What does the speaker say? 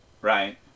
Right